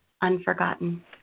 unforgotten